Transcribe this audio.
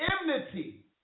enmity